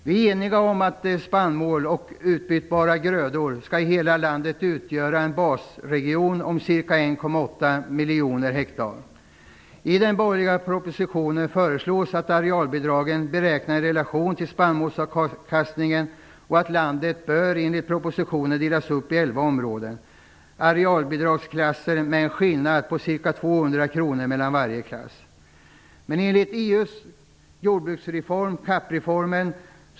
Vi är eniga om att ytor med spannmål och utbytbara grödor skall i hela landet utgöra en basregion om ca 1,8 miljoner hektar. I den borgerliga propositionen föreslås att arealbidragen beräknas i relation till spannmålsavkastningen och att landet bör enligt propositionen delas upp i 11 områden - arealbidragsklasser - med en skillnad på ca 200 kr mellan varje klass.